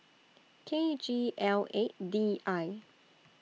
K G L eight D I